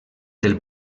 del